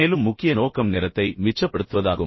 மேலும் முக்கிய நோக்கம் நேரத்தை மிச்சப்படுத்துவதாகும்